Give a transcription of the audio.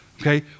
Okay